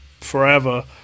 forever